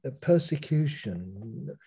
persecution